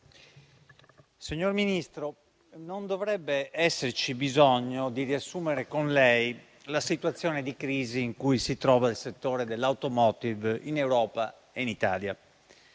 Signor Ministro, non dovrebbe esserci bisogno di riassumere con lei la situazione di crisi in cui si trova il settore dell'*automotive* in Europa e in Italia: